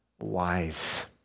wise